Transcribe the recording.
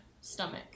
Stomach